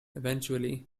eventually